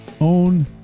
own